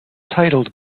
titled